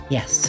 Yes